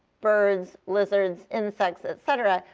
birds, lizards, insects, et cetera,